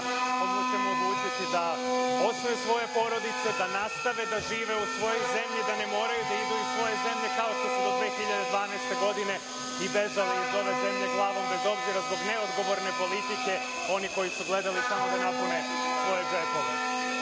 omogućavamo da osnuju svoje porodice, da nastave da žive u svojoj zemlji, da ne moraju da idu iz svoje zemlje kao što su do 2012. godine bežali iz ove zemlje glavom bez obzira zbog neodgovorne politike onih koji su gledali samo da napune svoje džepove. Želim